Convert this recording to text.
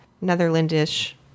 Netherlandish